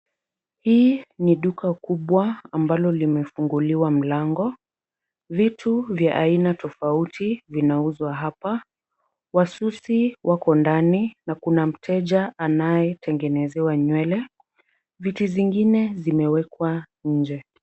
Hii ni duka kubwa ambalo limefunguliwa mlango, vitu vya aina tofauti vinauzwa hapa. Wasusi wako ndani na kuna mteja anayetengezewa nywele, viti zingine zimewekwa nje.